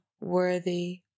worthy